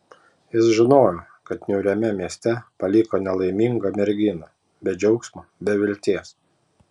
jis žinojo kad niūriame mieste paliko nelaimingą merginą be džiaugsmo be vilties